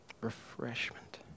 Refreshment